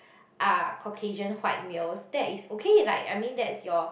are Caucasian white males that is okay like I mean that's your